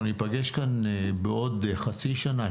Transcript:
אנחנו ניפגש כאן בעוד חצי שנה,